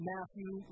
Matthew